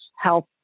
health